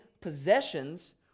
possessions